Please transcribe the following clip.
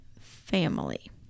family